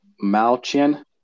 Malchin